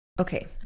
Okay